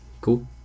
Cool